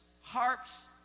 harps